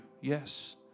yes